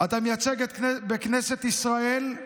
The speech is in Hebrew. אתה מייצג בכנסת ישראל,